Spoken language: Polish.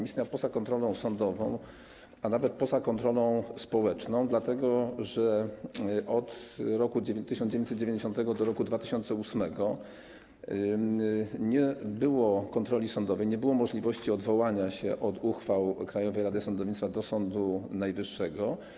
Istniał poza kontrolą sądową, a nawet poza kontrolą społeczną, dlatego że od roku 1990 do roku 2008 nie było kontroli sądowej, nie było możliwości odwołania się od uchwał Krajowej Rady Sądownictwa do Sądu Najwyższego.